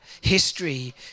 history